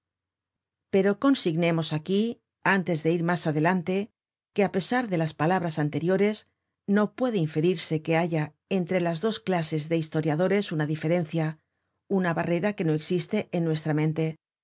pero consignemos aquí antes de ir mas adelante que á pesar de las palabras anteriores no puede inferirse que haya entre las dos clases de historiadores una diferencia una barrera que no existe en nuestra mente